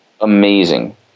amazing